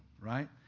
right